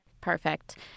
Perfect